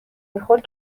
میخورد